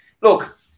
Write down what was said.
Look